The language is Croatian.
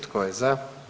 Tko je za?